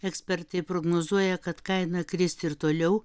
ekspertai prognozuoja kad kaina kris ir toliau